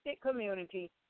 community